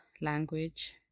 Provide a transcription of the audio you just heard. language